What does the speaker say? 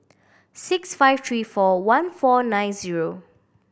six five three four one four nine zero